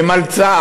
הן על צה"ל.